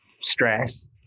stress